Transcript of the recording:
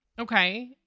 okay